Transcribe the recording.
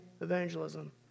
evangelism